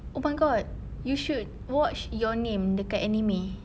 oh my god you should watch your name dekat anime